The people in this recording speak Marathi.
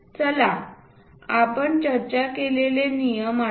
चला आपण चर्चा केलेले नियम आठवू